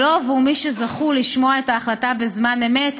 אבל לא עבור מי שזכו לשמוע את ההחלטה בזמן אמת,